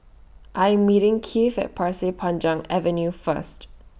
I Am meeting Kieth At Pasir Panjang Avenue First